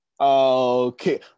Okay